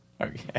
Okay